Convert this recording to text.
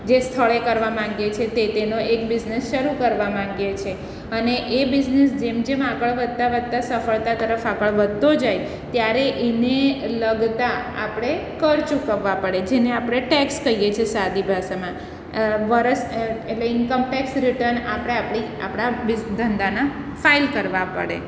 જે સ્થળે કરવા માગીએ છીએ તે તેનો એક બિઝનેસ શરૂ કરવા માગીએ છીએ અને એ બિઝનેસ જેમ જેમ આગળ વધતાં વધતાં સફળતા તરફ આગળ વધતો જાય ત્યારે એને લગતા આપણે કર ચૂકવવા પડે જેને આપણે ટેક્સ કહીએ છીએ સાદી ભાષામાં વરસ એટલે ઇન્કમ ટેક્સ રિટર્ન આપણે આપણી આપણા ધંધાના ફાઇલ કરવા પડે